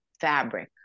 fabric